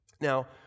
Now